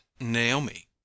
Naomi